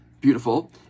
Beautiful